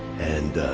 and